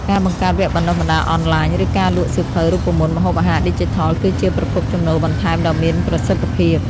ការបង្កើតវគ្គបណ្តុះបណ្តាលអនឡាញ ឬការលក់សៀវភៅរូបមន្តម្ហូបអាហារឌីជីថល គឺជាប្រភពចំណូលបន្ថែមដ៏មានប្រសិទ្ធភាព។